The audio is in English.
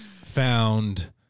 found